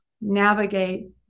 navigate